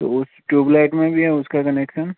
तो उस tube light में भी है उसका कनेक्शन